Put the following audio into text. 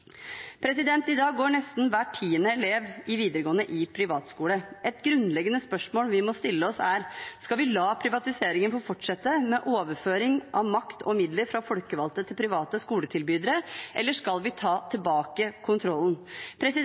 I dag går nesten hver tiende elev i videregående i privatskole. Et grunnleggende spørsmål vi må stille oss, er: Skal vi la privatiseringen få fortsette, med overføring av makt og midler fra folkevalgte til private skoletilbydere, eller skal vi ta tilbake kontrollen?